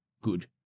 good